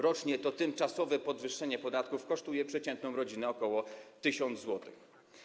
Rocznie to tymczasowe podwyższenie podatków kosztuje przeciętną rodzinę ok. 1 tys. zł.